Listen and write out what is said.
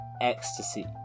Ecstasy